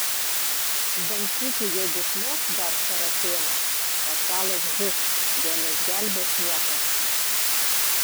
bent sykį jeigu smogs dar saracėnas vasalas žus jo neišgelbės niekas